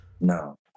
No